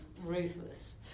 ruthless